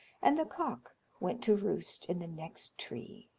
and the cock went to roost in the next tree.